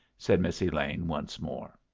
said miss elaine, once more.